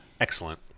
Excellent